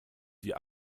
die